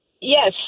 Yes